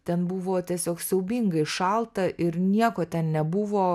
ten buvo tiesiog siaubingai šalta ir nieko ten nebuvo